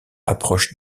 approche